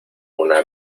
una